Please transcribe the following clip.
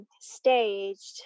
staged